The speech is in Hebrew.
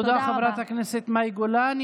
תודה לחברת הכנסת מאי גולן.